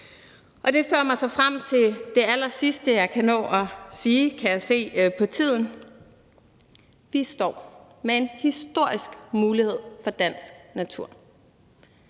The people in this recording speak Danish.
Det fører mig så frem til det allersidste, jeg kan nå at sige, kan jeg se på tiden. Vi står med en historisk mulighed for dansk natur.